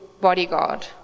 bodyguard